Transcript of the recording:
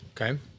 Okay